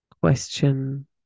question